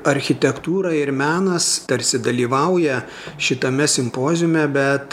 architektūra ir menas tarsi dalyvauja šitame simpoziume bet